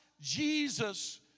Jesus